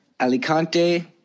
Alicante